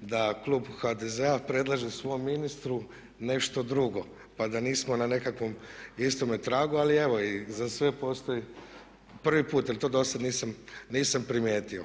da klub HDZ-a predlaže svom ministru nešto drugo, pa da nismo na nekakvom istome tragu. Ali evo i za sve postoji prvi put jer to do sad nisam primijetio.